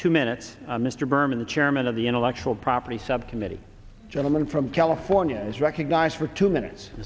two minutes mr berman the chairman of the intellectual property subcommittee gentleman from california is recognized for two minutes